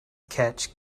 catch